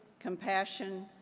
compassion,